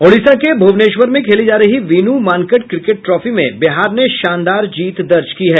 उड़ीसा के भूवनेश्वर में खेली जा रही वीनू मांकड़ क्रिकेट ट्रॉफी में बिहार ने शानदार जीत दर्ज की है